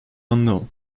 unknown